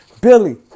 Billy